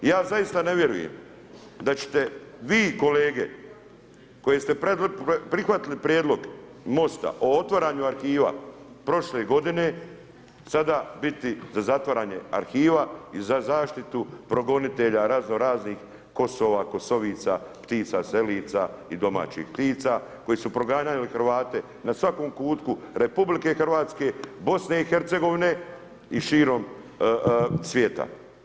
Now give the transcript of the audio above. I ja zaista ne vjerujem da ćete vi kolege koji ste prihvatili prijedlog Mosta o otvaranju arhiva prošle godine sada biti za zatvaranje arhiva i za zaštitu progonitelja raznoraznih kosova, kosovica, ptica selica i domaćih ptica koji su proganjali Hrvate na svakom kutku RH, BiH i širom svijeta.